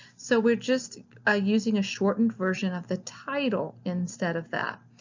so we're just ah using a shortened version of the title instead of that.